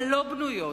הלא-בנויות,